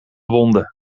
wonde